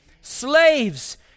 slaves